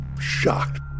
shocked